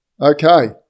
Okay